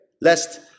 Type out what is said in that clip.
lest